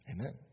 Amen